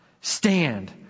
Stand